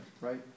right